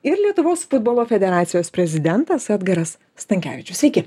ir lietuvos futbolo federacijos prezidentas edgaras stankevičius sveiki